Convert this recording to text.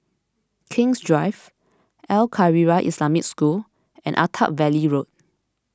King's Drive Al Khairiah Islamic School and Attap Valley Road